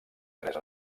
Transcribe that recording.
tres